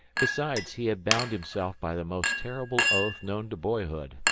besides, he had bound himself by the most terrible oath known to boyhood,